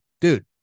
dude